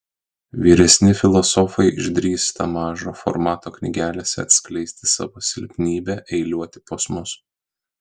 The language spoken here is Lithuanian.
vyresni filosofai išdrįsta mažo formato knygelėse atskleisti savo silpnybę eiliuoti posmus